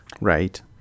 Right